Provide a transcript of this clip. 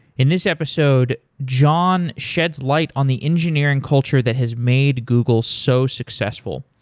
in this episode, john sheds light on the engineering culture that has made google so successful.